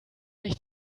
nicht